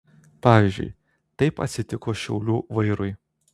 pavyzdžiui taip atsitiko šiaulių vairui